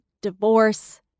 divorce